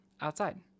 outside